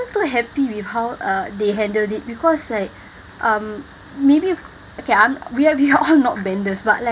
too happy with how uh they handled it because like um maybe you okay I'm we have we are not benders but like